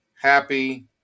happy